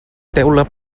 teula